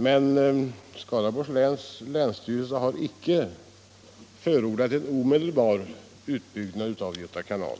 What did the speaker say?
Men denna länsstyrelse har icke förordat en omedelbar utbyggnad av Göta kanal.